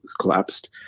collapsed